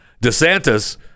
DeSantis